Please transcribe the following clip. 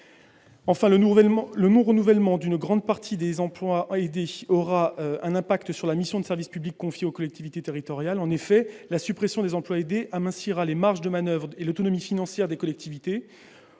Enfin, le non-renouvellement d'une grande partie des contrats aidés aura un impact sur la mission de service public confiée aux collectivités territoriales. En effet, la suppression des emplois aidés amincira les marges de manoeuvre et l'autonomie financière des collectivités,